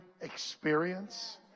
experience